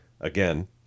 Again